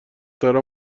ترا